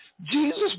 Jesus